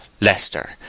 Leicester